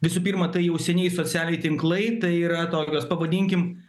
visų pirma tai jau seniai socialiniai tinklai tai yra tokios pavadinkim